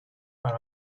are